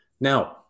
Now